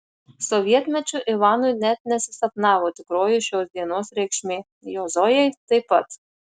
sovietmečiu ivanui net nesisapnavo tikroji šios dienos reikšmė jo zojai taip pat